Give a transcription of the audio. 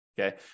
Okay